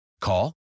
Call